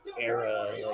era